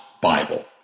Bible